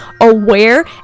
aware